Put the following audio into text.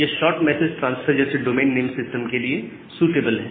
यह short message transfer जैसे domain name system के लिए सूटेबल है